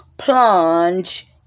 Plunge